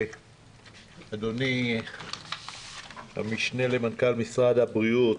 אדוני המשנה למנכ"ל משרד הבריאות,